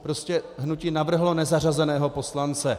Prostě hnutí navrhlo nezařazeného poslance.